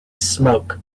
smoke